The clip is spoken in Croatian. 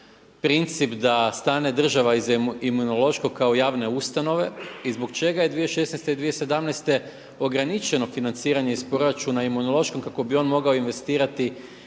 princip da stane država iza Imunološkog kao javne ustanove i zbog čega je 2016. i 2017. ograničeno financiranje iz proračuna Imunološkom kako bi on mogao investirati